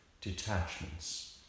detachments